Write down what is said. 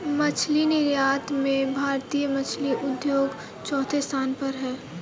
मछली निर्यात में भारतीय मछली उद्योग चौथे स्थान पर है